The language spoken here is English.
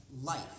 life